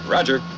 Roger